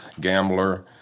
gambler